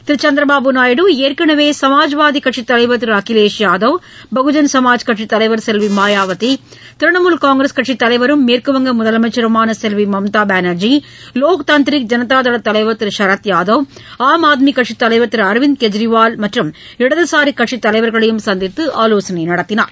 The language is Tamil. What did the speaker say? திருசந்திரபாபு நாயுடு ஏற்கனவேசமாஜ்வாதிகட்சித் தலைவர் திருஅகிலேஷ் யாதவ் பகுஜன் சமாஜ் கட்சித் தலைவர் செல்விமாயாவதி திரிணாமுல் காங்கிரஸ் கட்சித் தலைவரும் மேற்கு வங்கம் முதலமைச்சருமானசெல்விமம்தாபானார்ஜி லோக் தந்த்ரீக் ஜனதாதள் தலைவர் திருசரத்யாதவ் ஆம் ஆத்மிகட்சித் தலைவர் திருஅரவிந்த் கெஜ்ரிவால் மற்றும் இடதுசாரிகட்சித் தலைவர்களையும் சந்தித்துஆலோசனைநடத்தினார்